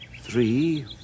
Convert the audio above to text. three